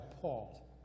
Paul